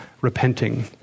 Repenting